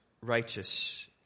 righteous